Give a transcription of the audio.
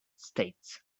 states